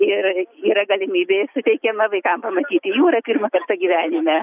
ir yra galimybė suteikiama vaikam pamatyti jūrą pirmą kartą gyvenime